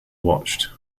watched